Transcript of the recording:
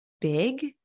big